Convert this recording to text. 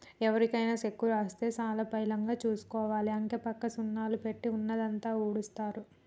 ఎవరికైనా చెక్కు రాసిస్తే చాలా పైలంగా చూసుకోవాలి, అంకెపక్క సున్నాలు పెట్టి ఉన్నదంతా ఊడుస్తరు